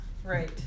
Right